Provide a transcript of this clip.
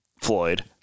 Floyd